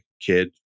kid